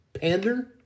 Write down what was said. pander